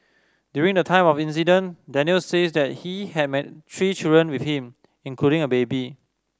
during the time of the incident Daniel says that he had three children with him including a baby